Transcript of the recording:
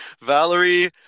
Valerie